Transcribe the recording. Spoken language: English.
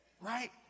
right